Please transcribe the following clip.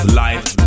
life